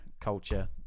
culture